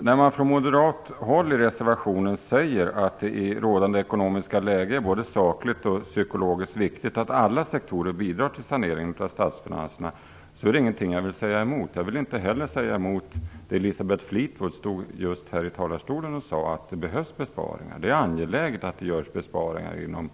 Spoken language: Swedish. När man från moderat håll i reservationen säger att det i rådande ekonomiska läge är både sakligt och psykologiskt riktigt att alla sektorer bidrar till saneringen av statsfinanserna är det ingenting jag vill säga emot. Jag vill inte heller säga emot det Elisabeth Fleetwood just sade i talarstolen, att det behövs besparingar. Det är angeläget att det görs besparingar inom